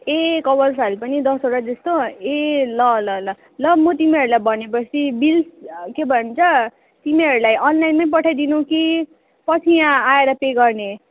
ए cover file पनि दसवटा जस्तो ए ल ल ल ल म तिमीहरूलाई भनेपछि बिल के भन्छ तिमीहरूलाई अनलाइनमै पठाइदिनु कि पछि यहाँ आएर पे गर्ने